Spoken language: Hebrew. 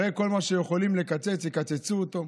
הרי כל מה שיכולים לקצץ, יקצצו אותו.